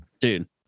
Dude